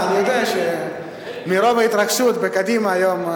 אני יודע שמרוב ההתרגשות בקדימה היום,